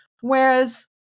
Whereas